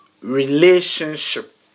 relationship